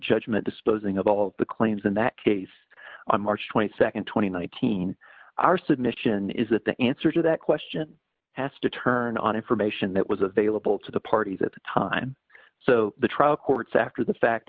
judgment disposing of all the claims in that case on march nd two thousand and nineteen our submission is that the answer to that question has to turn on information that was available to the parties at the time so the trial courts after the fact